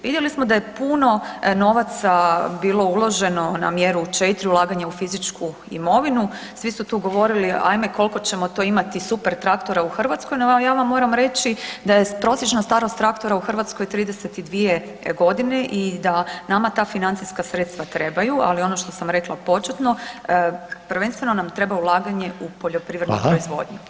Vidjeli smo da je puno novaca bila uloženo na mjeru 4 ulaganje u fizičku imovinu, svi su tu govorili ajme koliko ćemo to imati super traktora u Hrvatskoj, no ja vam moram reći da je prosječna starost traktora u Hrvatskoj 32 godine i da nama ta financijska sredstva trebaju, ali ono što sam rekla početno prvenstveno nam treba ulaganje u poljoprivrednu [[Upadica: Hvala.]] proizvodnju.